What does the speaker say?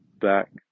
back